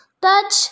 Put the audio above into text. touch